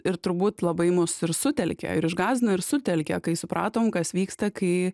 ir turbūt labai mus ir sutelkė ir išgąsdino ir sutelkė kai supratom kas vyksta kai